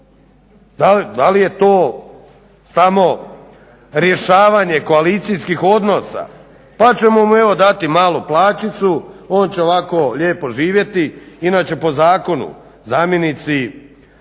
Da li je to samo rješavanje koalicijskih odnosa pa ćemo mu evo dati malu plaćicu, on će ovako lijepo živjeti. Inače po zakonu zamjenici